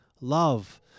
Love